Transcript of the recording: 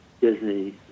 Disney